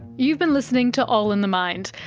you've been listening to all in the mind.